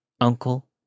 uncle